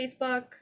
Facebook